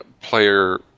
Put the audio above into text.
player